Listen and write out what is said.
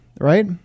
right